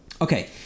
Okay